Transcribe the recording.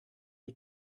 you